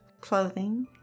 clothing